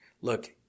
look